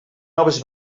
noves